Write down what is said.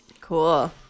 Cool